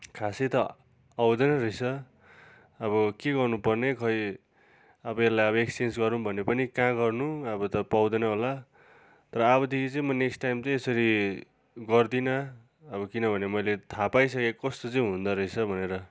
खासै त आउँदन रहेछ अब के गर्नुपर्ने खै अब यसलाई एक्सचेन्ज गरौँ भने पनि कहाँ गर्नु अब त पाउँदैन होला तर अबदेखि चाहिँ म नेक्स्ट टाइम चाहिँ यसरी गर्दिन अब किनभने मैले थाह पाइसके कस्तो चाहिँ हुँदोरहेछ भनेर